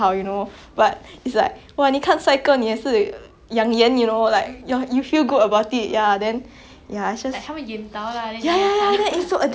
ya it's just ya ya ya like it's so addictive eh even though it's usually this kind of drama it's like fifty plus episode but it feels very fast lah like